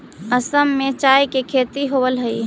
असम में चाय के खेती होवऽ हइ